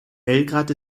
belgrad